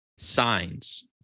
signs